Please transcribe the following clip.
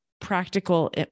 practical